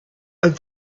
and